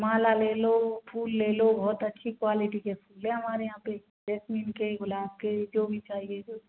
माला ले लो फूल ले लो बहुत अच्छी क्वालिटी के फूल हैं हमारे यहाँ पे जेसमीन के गुलाब के जो भी चाहिए